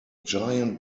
giant